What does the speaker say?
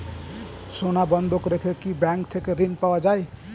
সোনা বন্ধক রেখে কি ব্যাংক থেকে ঋণ পাওয়া য়ায়?